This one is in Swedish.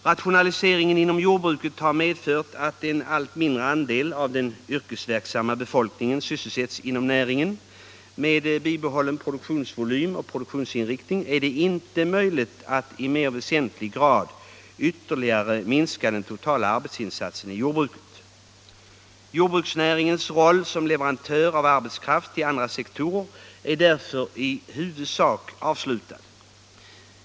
Rationaliseringen inom jordbruket har medfört att en allt mindre andel av den yrkesverksamma befolkningen sysselsätts inom näringen. Med bibehållen produktionsvolym och produktionsinriktning är det inte möjligt att i mer väsentlig grad ytterligare minska den totala arbetsinsatsen i jordbruket. Jordbruksnäringens roll som leverantör av arbetskraft till andra sektorer är därför i huvudsak avslutad.